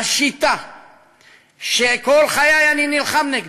השיטה שכל חיי אני נלחם נגדה,